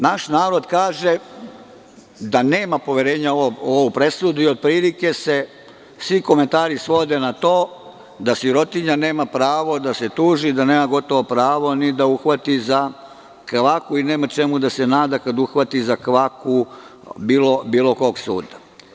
Naš narod kaže da nema poverenja u ovu presudu i otprilike se svi komentari svode na to da sirotinja nema pravo da se tuži, da nema gotovo pravo ni da se uhvati za kvaku i da nema čemu da se nada kada se uhvati za kvaku bilo kog suda.